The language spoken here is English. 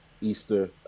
easter